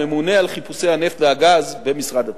הממונה על חיפושי הנפט והגז במשרד התשתיות,